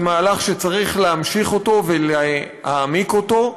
זה מהלך שצריך להמשיך אותו ולהעמיק אותו.